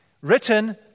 Written